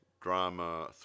drama